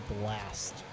blast